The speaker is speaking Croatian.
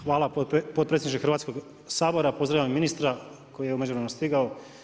Hvala potpredsjedniče Hrvatskoga sabora, pozdravljam i ministra koji je u međuvremenu stigao.